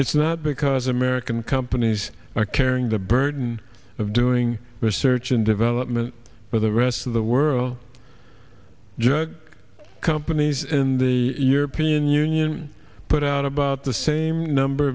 it's not because american companies are carrying the burden of doing research and development but the rest of the world drug companies and the european union put out about the same number